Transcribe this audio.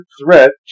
threat